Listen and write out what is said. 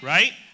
Right